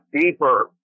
deeper